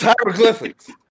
hieroglyphics